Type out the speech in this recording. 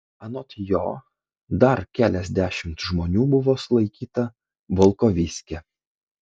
anot jo dar keliasdešimt žmonių buvo sulaikyta volkovyske